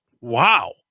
Wow